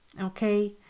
okay